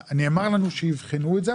נאמר לנו שיבחנו את זה,